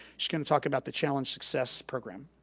she can talk about the challenge success program.